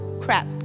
crap